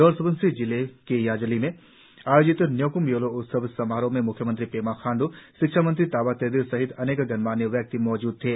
lower Subansiri जिले के याजली में आयोजित न्योक्म य्लो उत्सव समारोह में म्ख्यमंत्री पेमा खांड् शिक्षा मंत्री ताबा तेदिर सहित अनेक गणमान्य व्यक्ति मौजूद थे